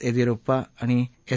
येडीयुरप्पा आणि एस